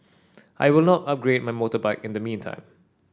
I will not upgrade my motorbike in the meantime